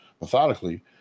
methodically